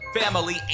family